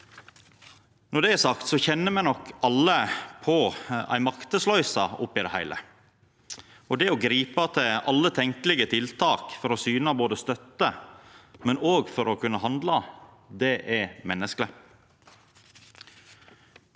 Når det er sagt, kjenner me nok alle på ei maktesløyse oppe i det heile. Det å gripa til alle tenkjelege tiltak for å syna støtte og for å kunna handla er menneskeleg.